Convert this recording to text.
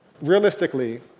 realistically